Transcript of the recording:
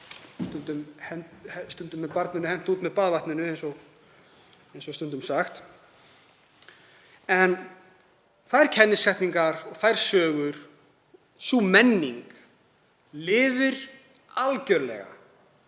Stundum er barninu hent út með baðvatninu, eins og sagt er. En þær kennisetningar og þær sögur, sú menning, lifir algerlega